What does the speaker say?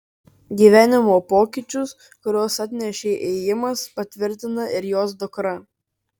gyvenimo pokyčius kuriuos atnešė ėjimas patvirtina ir jos dukra